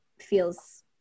feels